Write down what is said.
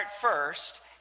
first